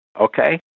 okay